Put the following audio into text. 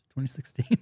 2016